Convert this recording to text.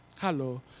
Hello